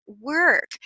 work